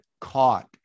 caught